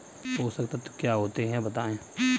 पोषक तत्व क्या होते हैं बताएँ?